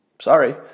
Sorry